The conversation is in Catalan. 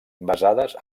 basades